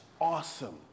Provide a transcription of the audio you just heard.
awesome